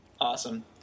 Awesome